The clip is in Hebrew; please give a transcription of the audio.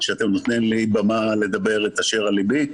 שאתם נותנים לי במה לדבר את אשר על ליבי,